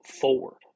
forward